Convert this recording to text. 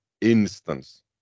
instance